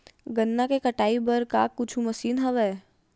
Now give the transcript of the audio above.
गन्ना के कटाई बर का कुछु मशीन हवय?